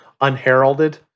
unheralded